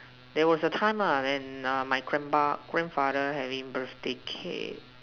there was a time ah when err my grandpa grandfather having birthday cake